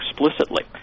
explicitly